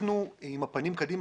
אנחנו עם הפנים קדימה.